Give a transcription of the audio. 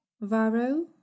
Varro